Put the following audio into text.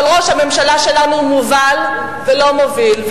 אבל ראש הממשלה שלנו מובל ולא מוביל,